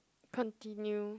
continue